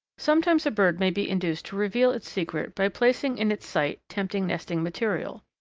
sometimes a bird may be induced to reveal its secret by placing in its sight tempting nesting material.